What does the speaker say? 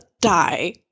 die